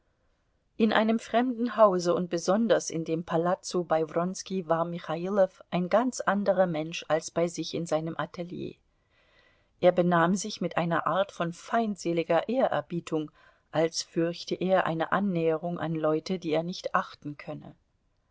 in einem fremden hause und besonders in dem palazzo bei wronski war michailow ein ganz anderer mensch als bei sich in seinem atelier er benahm sich mit einer art von feindseliger ehrerbietung als fürchte er eine annäherung an leute die er nicht achten könne